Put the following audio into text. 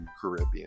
Caribbean